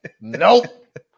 Nope